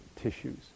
tissues